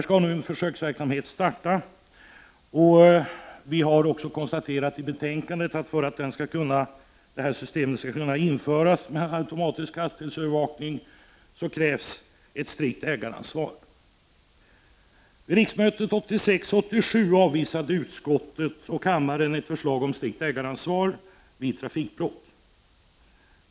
En försöksverksamhet skall nu starta. Vi har i betänkandet konstaterat att för att ett system med automatisk hastighetsövervakning skall kunna införas krävs ett strikt ägaransvar. Under riksmötet 1986/87 avvisade utskottet och riksdagen ett förslag om strikt ägaransvar vid trafikbrott.